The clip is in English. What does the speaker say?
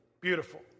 Beautiful